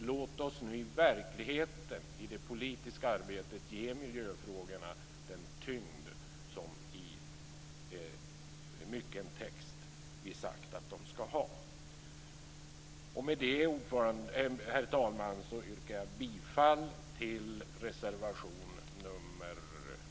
Låt oss nu i verkligheten, i det politiska arbetet, ge miljöfrågorna den tyngd som vi i mycken text har sagt att de skall ha. Med det, herr talman, yrkar jag bifall till reservation nr 2.